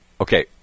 Okay